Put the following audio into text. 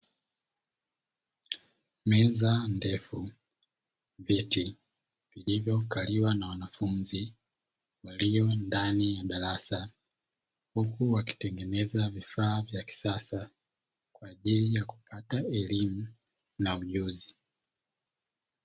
Meza ndefu, viti vilivyokaliwa na wanafunzi walio ndani ya darasa huku wakitengeneza vifaa vya kisasa kwa ajili ya kupata elimu na ujuzi.